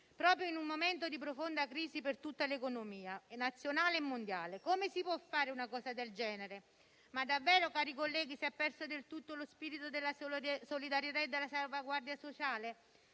proprio in un momento di profonda crisi per tutta l'economia nazionale e mondiale. Come si può fare una cosa del genere? Davvero, colleghi, si è perso del tutto lo spirito della solidarietà e della salvaguardia sociale?